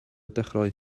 dechrau